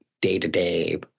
day-to-day